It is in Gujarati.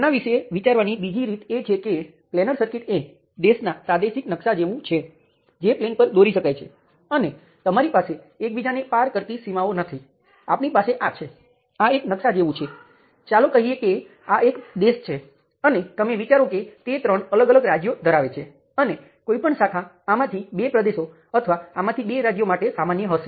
આ મેં બતાવેલ સર્કિટ માટેના મેશ સમીકરણો છે હવે નિયંત્રણ સ્ત્રોત અહીં છે અને તમે ધારો છો તેમ ત્યાં બીજી મેશ માટેના સમીકરણો છે કારણ કે નિયંત્રણ સ્ત્રોત માત્ર બીજી મેશનો ભાગ છે